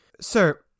Sir